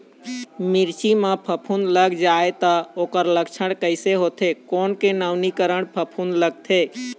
मिर्ची मा फफूंद लग जाथे ता ओकर लक्षण कैसे होथे, कोन के नवीनीकरण फफूंद लगथे?